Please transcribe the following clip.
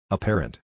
Apparent